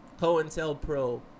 cointelpro